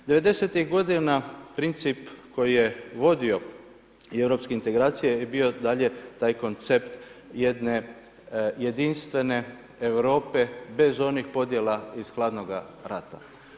Devedesetih godina princip koji je vodio europske integracije i bio dalje taj koncept jedne jedinstvene Europe bez onih podjela iz hladnoga rata.